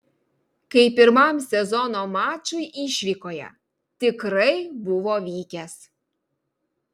kaip pirmam sezono mačui išvykoje tikrai buvo vykęs